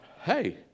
hey